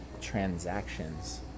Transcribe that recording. transactions